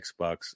Xbox